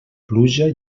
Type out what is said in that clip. pluja